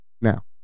Now